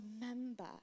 remember